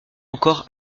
encore